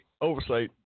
oversight